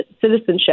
citizenship